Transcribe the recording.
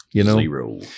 Zero